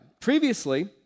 Previously